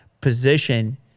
position